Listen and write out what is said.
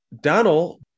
Donald